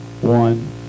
one